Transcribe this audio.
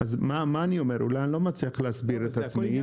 אולי אני לא מצליח להסביר את עצמי.